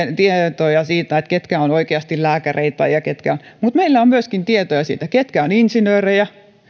ja tietoja siitä ketkä ovat oikeasti lääkäreitä ja meillä on myöskin tietoja siitä ketkä ovat insinöörejä